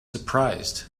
surprised